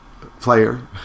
player